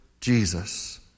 Jesus